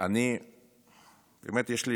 יש לי